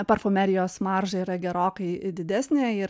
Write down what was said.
parfumerijos marža yra gerokai didesnė ir